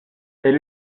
elle